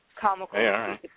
comical